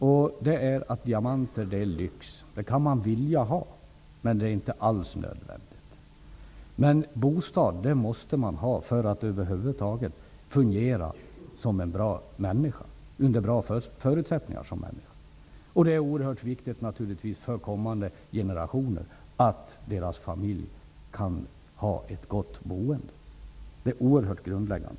Diamanter är nämligen en lyx som man kan vilja ha men som alls inte är nödvändig. Bostäder däremot är nödvändiga för att man över huvud taget skall ha goda förutsättningar att fungera som en bra människa. Naturligtvis är det oerhört viktigt för kommande generationer att deras familjer kan ha ett bra boende. Jag anser att detta är oerhört grundläggande.